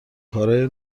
کارای